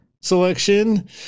selection